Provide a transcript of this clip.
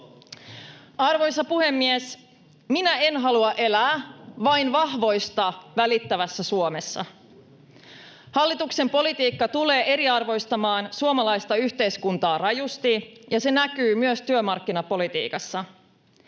Arvoisa puhemies! Minä en halua elää vain vahvoista välittävässä Suomessa. Hallituksen politiikka tulee eriarvoistamaan suomalaista yhteiskuntaa rajusti, ja se näkyy myös työmarkkinapolitiikassa.